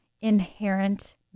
inherent